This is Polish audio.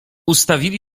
ustawili